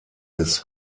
des